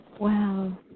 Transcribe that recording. Wow